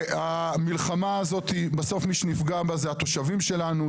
והמלחמה הזאת בסוף מי שנפגע בה זה התושבים שלנו,